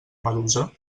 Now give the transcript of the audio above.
medusa